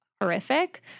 horrific